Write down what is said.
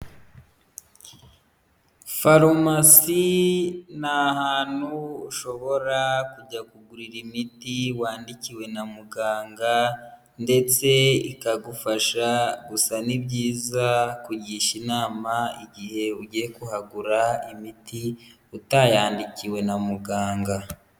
Farumasi ni ahantu ushobora kujya kugurira imiti wandikiwe na muganga ndetse ikagufasha, gusa ni byiza kugisha inama igihe ugiye kuhagura imiti utayandikiwe na muganga.